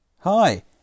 hi